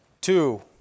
Two